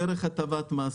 אנחנו מעודדים דרך הטבת מס,